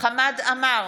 חמד עמאר,